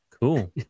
Cool